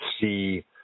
see